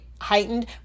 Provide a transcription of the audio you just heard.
heightened